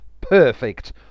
Perfect